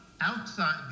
outside